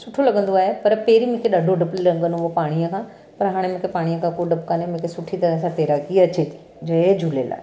सुठो लॻंदो आहे पर पहिरीं मूंखे ॾाढो डपु लॻंदो हुओ पाणीअ खां पर हाणे मूंखे पाणीअ खां को डपु कान्हे मूंखे सुठी तरह सां तैराकी अचे थी जय झूलेलाल